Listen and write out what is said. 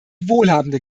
wohlhabende